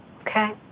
Okay